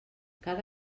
cada